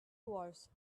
wars